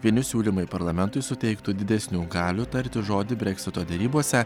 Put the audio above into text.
vieni siūlymai parlamentui suteiktų didesnių galių tarti žodį breksito derybose